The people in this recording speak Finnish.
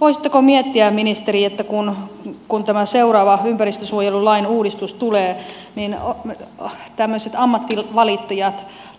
voisitteko miettiä ministeri että kun tämä seuraava ympäristönsuojelulain uudistus tulee miina lähtemisestä ammatti valitti ja